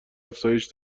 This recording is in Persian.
افزایش